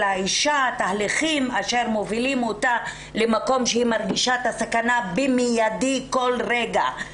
האישה תהליכים אשר מובילים אותה למקום שהיא מרגישה את הסכנה במידי כל רגע,